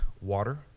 water